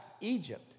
Egypt